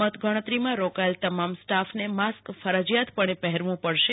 મતગણતરીમાં રોકાયેલ તમામ સ્ટાફને માસ્ક ફરજીયાત પહેરવુ પડશે